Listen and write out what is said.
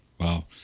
Wow